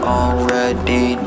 already